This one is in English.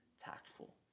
tactful